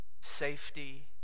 safety